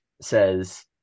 says